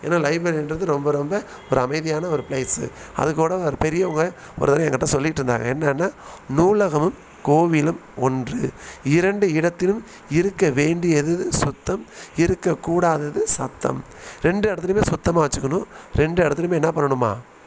ஏன்னா லைப்ரரின்றது ரொம்ப ரொம்ப ஒரு அமைதியான ஒரு ப்ளேஸு அதுக்கூட ஒரு பெரியவங்க ஒரு தரம் எங்கிட்ட சொல்லிட்டிருந்தாங்க என்னென்னால் நூலகமும் கோவிலும் ஒன்று இரண்டு இடத்திலும் இருக்க வேண்டியது சுத்தம் இருக்கக்கூடாதது சத்தம் ரெண்டு இடத்துலையுமே சுத்தமாக வச்சுக்கணும் ரெண்டு இடத்துலையுமே என்ன பண்ணணுமாம்